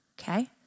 Okay